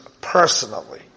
personally